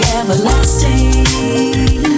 everlasting